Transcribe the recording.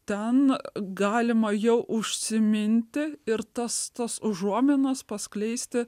ten galima jau užsiminti ir tas tos užuominos paskleisti